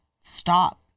stop